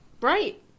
Right